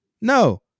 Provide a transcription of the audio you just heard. No